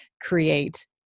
create